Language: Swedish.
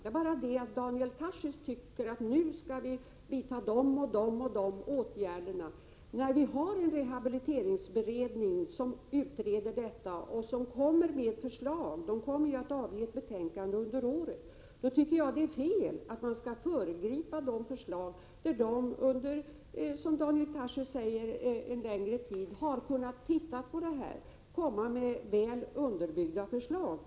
Det är bara det att Daniel Tarschys tycker att vi nu skall vidta de och de åtgärderna, när vi har en rehabiliteringsberedning som utreder detta och som kommer att presentera ett förslag — utredningen kommer ju att avge ett betänkande under året. Jag tycker att det är fel att föregripa förslag från dem som under längre tid — Daniel Tarschys sade ju också det — har kunnat titta på problemen och komma med, som jag hoppas, väl underbyggda förslag.